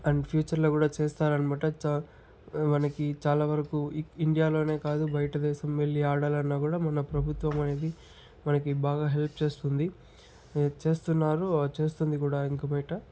and ఫ్యూచర్లో కూడా చేస్తారనుకుంటా సో మనకి చాలా వరకు ఇండియాలోనే కాదు బయట దేశం వెళ్ళి ఆడాలి అన్న కూడా మన ప్రభుత్వం అనేది మనకి బాగా హెల్ప్ చేస్తుంది ఇచ్చేస్తున్నారు చేస్తుంది కూడా ఇంక మీదట